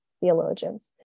theologians